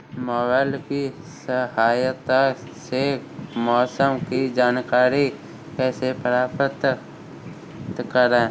Mobile की सहायता से मौसम की जानकारी कैसे प्राप्त करें?